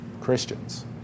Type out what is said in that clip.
Christians